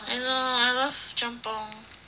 I know I love jjampong